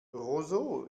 roseau